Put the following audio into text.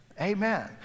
Amen